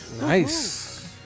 Nice